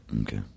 Okay